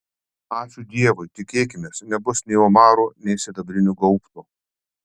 ačiū dievui tikėkimės nebus nei omarų nei sidabrinių gaubtų